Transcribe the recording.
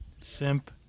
Simp